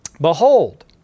Behold